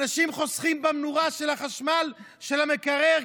אנשים חוסכים על הנורה של החשמל של המקרר,